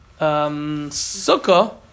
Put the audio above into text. sukkah